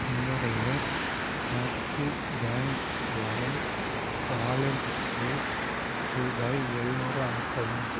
என்னுடைய Axis bank lime வாலெட்டுக்கு ரூபாய் எழுநூறு அனுப்பவும்